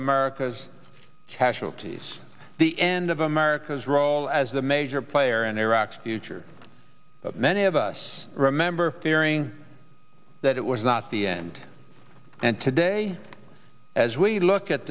america's casualties the end of america's role as a major player in iraq's future many of us remember hearing that it was not the end and today as we look at